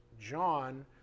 John